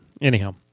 Anyhow